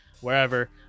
wherever